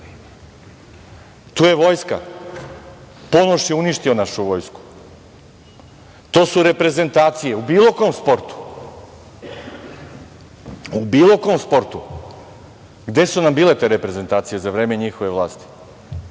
Tu je vojska. Ponoš je uništio našu vojsku. Tu su reprezentacije, u bilo kom sportu. Gde su nam bile te reprezentacije za vreme njihove vlasti?